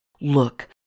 Look